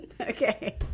Okay